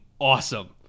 awesome